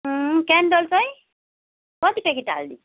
candle चाहिँ कति packet हालिदिउँ